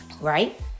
Right